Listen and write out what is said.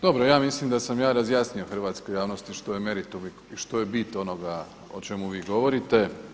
Dobro, ja mislim da sam ja razjasnio hrvatskoj javnosti što je meritum i što je bit onoga o čemu vi govorite.